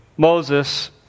Moses